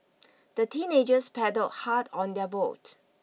the teenagers paddled hard on their boat